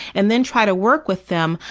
and then try to work with them,